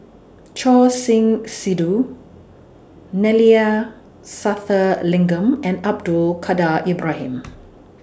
Choor Singh Sidhu Neila Sathyalingam and Abdul Kadir Ibrahim